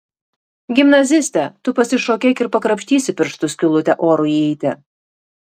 gimnaziste tu pasišokėk ir prakrapštysi pirštu skylutę orui įeiti